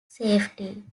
safety